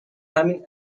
همین